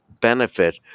benefit